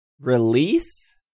release